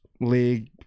league